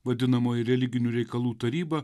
vadinamoji religinių reikalų taryba